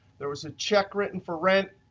there was a check written for rent,